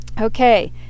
Okay